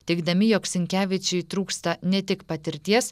teigdami jog sinkevičiui trūksta ne tik patirties